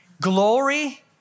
glory